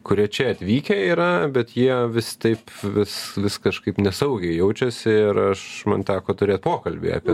kurie čia atvykę yra bet jie vis taip vis vis kažkaip nesaugiai jaučiasi ir aš man teko turėt pokalbį apie